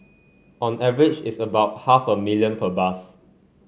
on average it's about half a million per bus